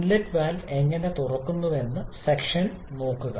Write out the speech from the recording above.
inlet valve എങ്ങനെ തുറക്കുന്നുവെന്ന് suction നോക്കുക